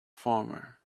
former